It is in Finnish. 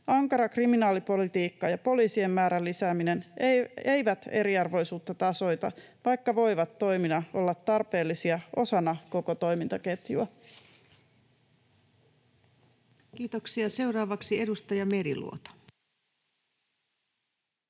Ankara kriminaalipolitiikka ja poliisien määrän lisääminen eivät eriarvoisuutta tasoita, vaikka voivat toimina olla tarpeellisia osana koko toimintaketjua. [Speech 522] Speaker: